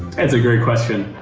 that's a great question.